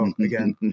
again